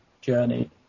journey